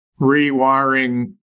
rewiring